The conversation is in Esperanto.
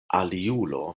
aliulo